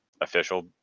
official